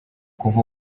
kuva